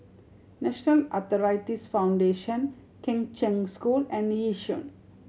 National Arthritis Foundation Kheng Cheng School and Yishun